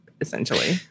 essentially